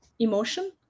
Emotion